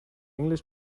english